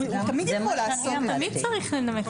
תמיד צריך לנמק.